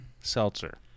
Seltzer